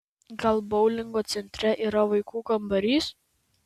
gal boulingo centre yra vaikų kambarys